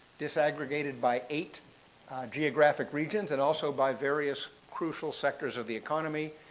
disaggregated by eight geographic regions, and also by various crucial sectors of the economy.